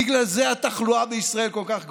בגלל זה התחלואה בישראל כל כך גבוהה,